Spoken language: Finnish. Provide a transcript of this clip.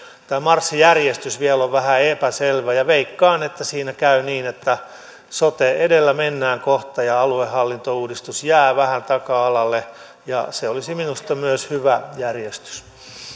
tämä marssijärjestys vielä on vähän epäselvä veikkaan että siinä käy niin että sote edellä mennään kohta ja aluehallintouudistus jää vähän taka alalle ja se olisi minusta myös hyvä järjestys